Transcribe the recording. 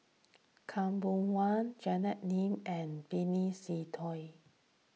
Khaw Boon Wan Janet Lim and Benny Se Teo